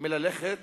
מללכת